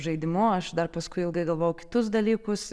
žaidimu aš dar paskui ilgai galvojau kitus dalykus